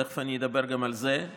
תכף אני אדבר גם על זה,